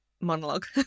monologue